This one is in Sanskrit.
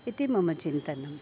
इति मम चिन्तनम्